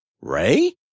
Ray